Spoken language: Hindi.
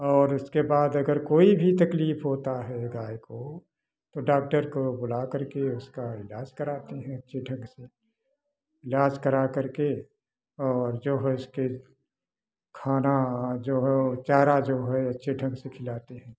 और उसके बाद अगर कोई भी तकलीफ होता है गाय को तो डाक्टर को बुलाकर के उसका इलाज कराते हैं अच्छे ढंग से इलाज कराकर के और जो है उसके खाना जो है चारा जो है अच्छे ढंग से खिलाते हैं